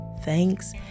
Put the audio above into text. thanks